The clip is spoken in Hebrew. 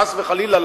חס וחלילה,